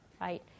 right